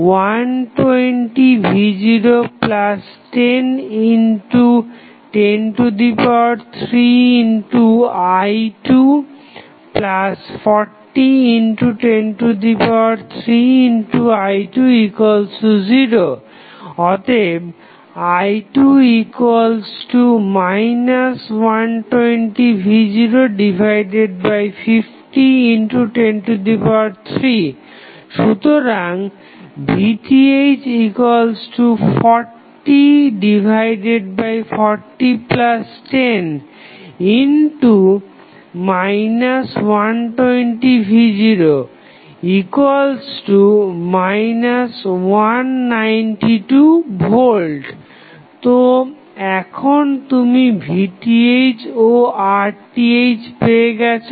120v010103i240103i20 i2 120v050103 সুতরাং VTh404010 120v0 192V তো এখন তুমি VTh ও RTh পেয়ে গেছো